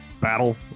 battle